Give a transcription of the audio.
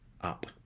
up